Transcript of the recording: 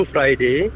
Friday